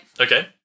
Okay